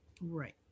Right